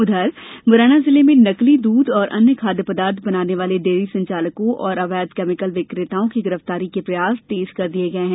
उधर मुरैना जिले में नकली दूध व अन्य खाद्य पदार्थ बनाने वाले डेयरी संचालकों और अवैध केमिकल विक्रेताओं की गिरफ्तारी के प्रयास तेज कर दिए हैं